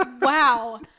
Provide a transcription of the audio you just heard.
wow